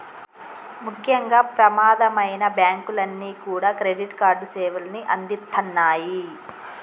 ముఖ్యంగా ప్రమాదమైనా బ్యేంకులన్నీ కూడా క్రెడిట్ కార్డు సేవల్ని అందిత్తన్నాయి